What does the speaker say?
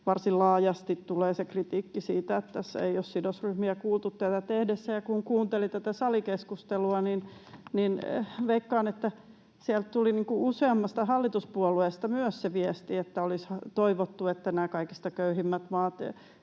varsin laajasti tulee se kritiikki siitä, että ei ole sidosryhmiä kuultu tätä tehdessä. Kuuntelin tätä salikeskustelua, ja veikkaan, että sieltä tuli useammasta hallituspuolueesta myös se viesti, että olisi toivottu, että nämä kaikista köyhimmät maat